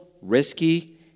risky